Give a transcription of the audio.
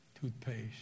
toothpaste